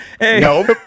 No